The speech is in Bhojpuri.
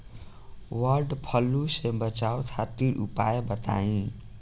वड फ्लू से बचाव खातिर उपाय बताई?